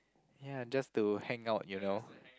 ya just to hang out you know